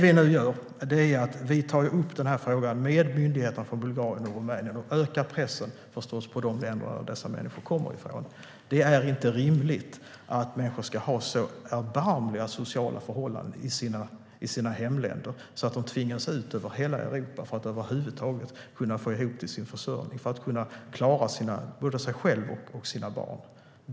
Vi tar upp denna fråga med myndigheter i Bulgarien och Rumänien och ökar pressen på de länder som dessa människor kommer från. Det är inte rimligt att människor ska ha sådana erbarmliga sociala förhållanden i sina hemländer att de tvingas ut över hela Europa för att över huvud taget kunna försörja sig själva och sina barn.